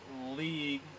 League